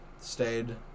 Stayed